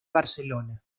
barcelona